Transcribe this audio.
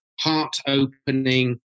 heart-opening